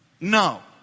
No